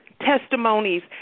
testimonies